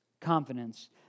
Confidence